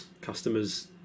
customer's